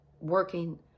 working